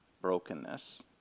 brokenness